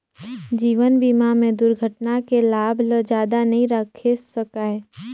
जीवन बीमा में दुरघटना के लाभ ल जादा नई राखे सकाये